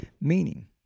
meaning